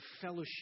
fellowship